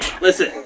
listen